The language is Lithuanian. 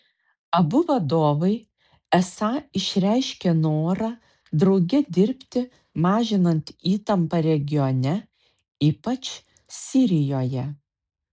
abu vadovai esą išreiškė norą drauge dirbti mažinant įtampą regione ypač sirijoje